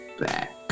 back